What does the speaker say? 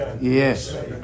Yes